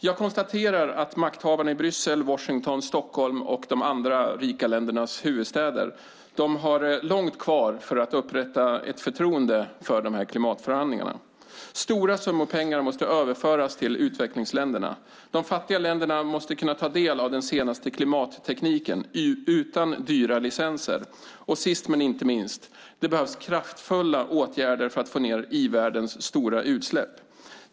Jag konstaterar att makthavarna i Bryssel, Washington, Stockholm och de andra rika ländernas huvudstäder har långt kvar för att upprätta ett förtroende för klimatförhandlingarna. Stora summor pengar måste överföras till utvecklingsländerna. De fattiga länderna måste kunna ta del av den senaste klimattekniken utan dyra licenser. Sist men inte minst behövs kraftfulla åtgärder för att få ned i-världens stora utsläpp.